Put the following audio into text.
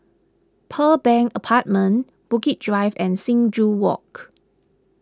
Pearl Bank Apartment Bukit Drive and Sing Joo Walk